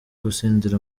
gutsindira